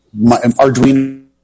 Arduino